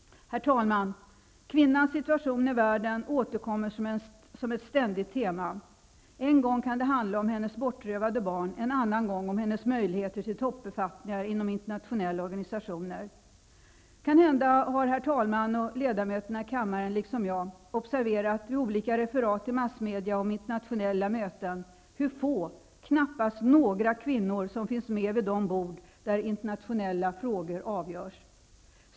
Herr talman! Kvinnans situation i världen återkommer som ett ständigt tema. En gång kan det handla om hennes bortrövade barn, en annan gång om hennes möjligheter till toppbefattningar inom internationella organisationer. Kanhända har herr talmannen och ledamöterna i kammaren liksom jag vid olika referat i massmedia om internationella möten observerat hur få, knappast några, kvinnor som finns med vid de bord där internationella frågor avgörs.